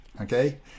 okay